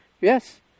Yes